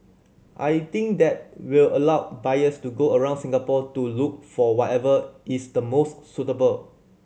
I think that will allow buyers to go around Singapore to look for whatever is the most suitable